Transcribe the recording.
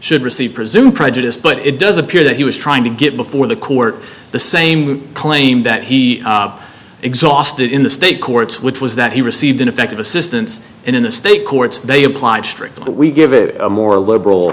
should receive presumed prejudice but it does appear that he was trying to get before the court the same claim that he exhausted in the state courts which was that he received ineffective assistance in the state courts they applied strictly but we give it a more liberal